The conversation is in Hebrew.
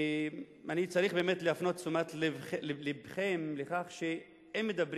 אני צריך באמת להפנות את תשומת לבכם לכך שאם מדברים